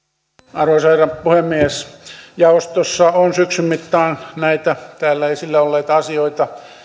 arvoisa herra puhemies jaostossa on syksyn mittaan lähes kaikkia näitä täällä esillä olleita asioita